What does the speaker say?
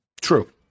True